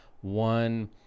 one